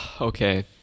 Okay